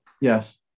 Yes